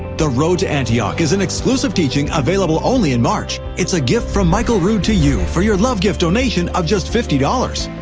the road to antioch is an exclusive teaching available only in march. it's a gift from michael rood to you for your love gift donation of just fifty dollars.